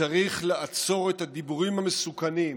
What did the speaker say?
צריך לעצור את הדיבורים המסוכנים,